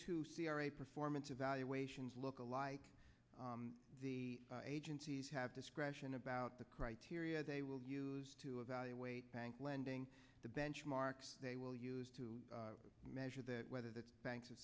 two c r a performance evaluations look alike the agencies have discretion about the criteria they will use to evaluate bank lending to benchmarks they will use to measure that whether the banks